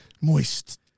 Moist